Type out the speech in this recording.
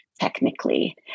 technically